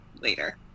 later